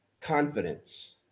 Confidence